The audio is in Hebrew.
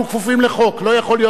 לא יכול להיות מצב שבו,